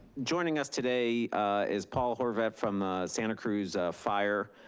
joining us today is paul horvett from santa cruz fire,